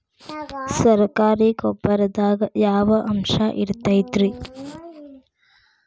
ಸರಕಾರಿ ಗೊಬ್ಬರದಾಗ ಯಾವ ಅಂಶ ಇರತೈತ್ರಿ?